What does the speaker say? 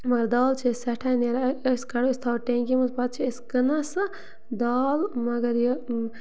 مگر دال چھِ أسۍ سٮ۪ٹھاہ نیران أسۍ کَڑو أسۍ تھاوو ٹینٛکی مَنٛز پَتہٕ چھِ أسۍ کٕنان سۄ دال مگر یہِ